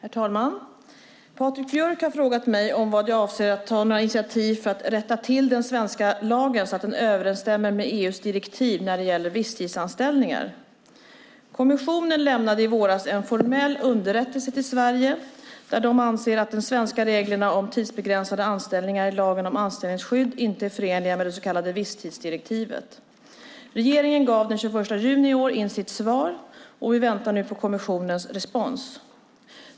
Herr talman! Patrik Björck har frågat mig om jag avser att ta något initiativ för att rätta till den svenska lagen så att den överensstämmer med EU:s direktiv när det gäller visstidsanställningar. Kommissionen lämnade i våras en formell underrättelse till Sverige, där de anser att de svenska reglerna om tidsbegränsade anställningar i lagen om anställningsskydd inte är förenliga med det så kallade visstidsdirektivet. Regeringen gav den 21 juni i år in sitt svar, och vi väntar nu på kommissionens respons.